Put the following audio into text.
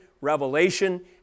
revelation